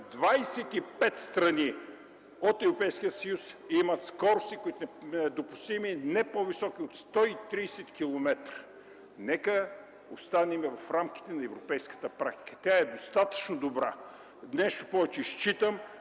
25 страни от Европейския съюз имат скорости, допустими не по-високи от 130 километра. Нека останем в рамките на европейската практика, тя е достатъчно добра. Нещо повече, считам